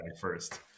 first